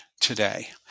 today